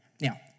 Now